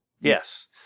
Yes